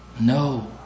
No